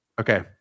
Okay